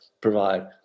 provide